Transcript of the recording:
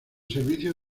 servicio